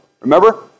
remember